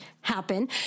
happen